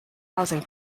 housing